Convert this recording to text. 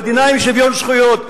מדינה עם שוויון זכויות,